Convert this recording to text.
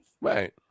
Right